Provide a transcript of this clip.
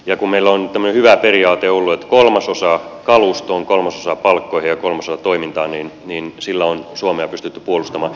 ja kun meillä on tämmöinen hyvä periaate ollut että kolmasosa kalustoon kolmasosa palkkoihin ja kolmasosa toimintaan niin sillä on suomea pystytty puolustamaan